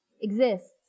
exists